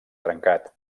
trencat